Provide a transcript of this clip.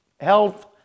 health